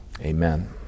Amen